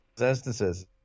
instances